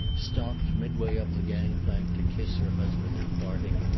stopped midway up the gang-plank to kiss her husband in parting,